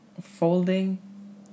folding